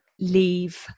leave